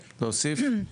להוסיף?